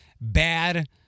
bad